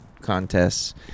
contests